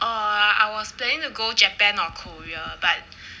oh I was planning to go japan or korea but